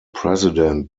president